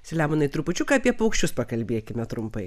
selemonai trupučiuką apie paukščius pakalbėkime trumpai